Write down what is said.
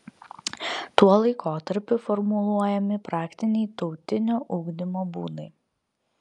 tuo laikotarpiu formuluojami praktiniai tautinio ugdymo būdai